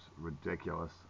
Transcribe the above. ridiculous